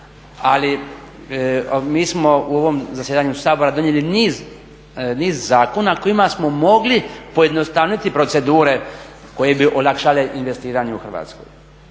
Ali mi smo u ovom zasjedanju Sabora donijeli niz zakona kojima smo mogli pojednostaviti procedure koje bi olakšale investiranje u Hrvatskoj,